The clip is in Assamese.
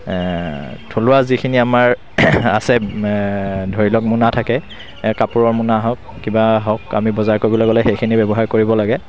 থলুৱা যিখিনি আমাৰ আছে ধৰি লওক মোনা থাকে কাপোৰৰ মোনা হওক আমি বজাৰ কৰিবলৈ গ'লে সেইখিনি ব্যৱহাৰ কৰিব লাগে